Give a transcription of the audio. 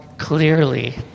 Clearly